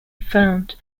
found